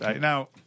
Now